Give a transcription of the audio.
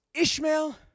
Ishmael